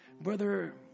Brother